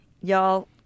Y'all